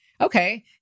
okay